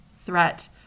threat